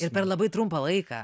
ir per labai trumpamą laiką